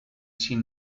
sin